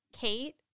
Kate